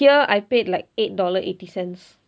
here I paid like eight dollar eighty cents